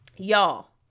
Y'all